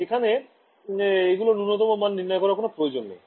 এখানে এগুলোর ন্যুনতম মাণ নির্ণয় করার প্রয়োজন নেই